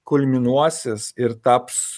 kulminuosis ir taps